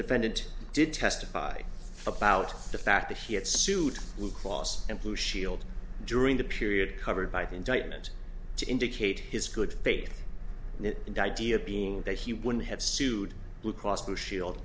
defendant did testify about the fact that he had sued blue cross and blue shield during the period covered by the indictment to indicate his good faith in di dia being that he wouldn't have sued blue cross blue shield